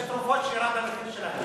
יש תרופות שירד המחיר שלהן,